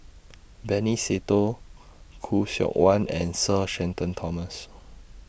Benny Se Teo Khoo Seok Wan and Sir Shenton Thomas